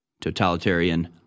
totalitarian